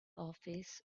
office